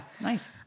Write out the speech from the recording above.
nice